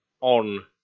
on